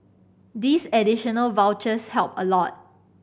these additional vouchers help a lot